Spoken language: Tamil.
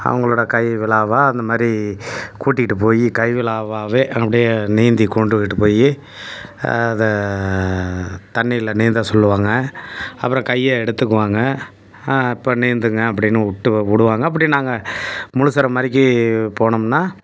அவங்களோட கை விடாவா அந்த மாதிரி கூட்டிகிட்டு போய் கை விடாவாவே அப்படியே நீந்தி கொண்டுக்கிட்டு போய் அதை தண்ணியில் நீந்த சொல்லுவாங்க அப்புறம் கையை எடுத்துக்குவாங்க அப்போ நீந்துங்க அப்படின்னு விட்டு விடுவாங்க அப்படி நாங்கள் முழுசற மாதிரிக்கி போனோம்னால்